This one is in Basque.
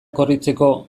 korritzeko